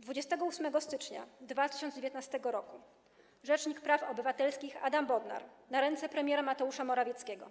28 stycznia 2019 r. rzecznik praw obywatelskich Adam Bodnar na ręce premiera Mateusza Morawieckiego